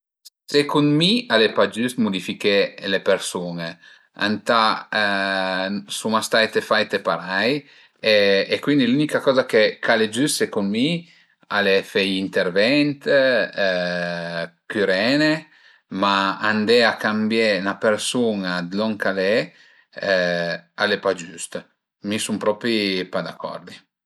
Secund mi al e pa giüst mudifiché le persun-e, ëntà, suma staite faite parei e cuindi l'ünica coza che ch'al e giüst secund mi al e fe i intervent, cürene, ma andé a cambié 'na persun-a dë lon ch'al e al e pa giüst, mi sun propi pa d'acordi